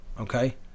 Okay